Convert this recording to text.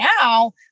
now